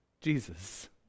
Jesus